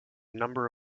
number